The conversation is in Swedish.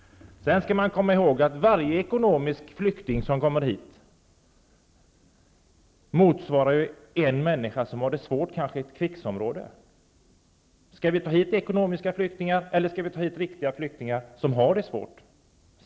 Sedan skall vi komma ihåg att varje ekonomisk flykting som kommer hit penningmässigt sett motsvarar en människa som kanske har det svårt i ett krigsområde. Skall vi ta hit ekonomiska flyktingar, eller skall vi ta hit riktiga flyktingar som har det svårt?